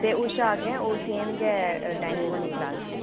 ते उस शा अग्गै ओह् सेम गै टाइमिंग होनी क्लास दी